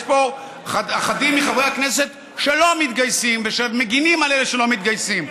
יש פה אחדים מחברי הכנסת שלא מתגייסים ומגינים על אלה שלא מתגייסים.